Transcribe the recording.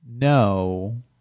No